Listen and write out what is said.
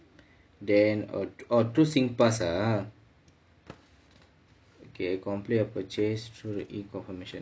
then err oh through SingPass ah okay complete your purchased through E-confirmation